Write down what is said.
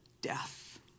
death